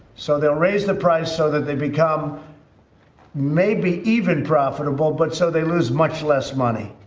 so they'll raise the price so that they become maybe even profitable, but so they lose much less money.